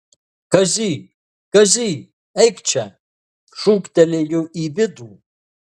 kazy kazy eik čia šūktelėjo į vidų